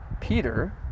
Peter